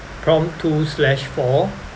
prompt two slash four